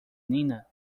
nina